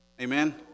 Amen